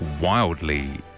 wildly